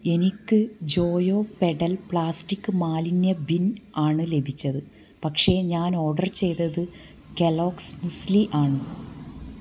എനിക്ക് Joyo pedal plastic മാലിന്യ bin ആണ് ലഭിച്ചത് പക്ഷേ ഞാൻ ഓർഡർ ചെയ്തത് കെല്ലോഗ്സ് മ്യൂസ്ലി ആണ്